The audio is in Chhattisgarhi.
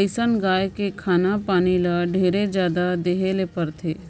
अइसन गाय के खाना पीना ल ढेरे जादा देहे ले परथे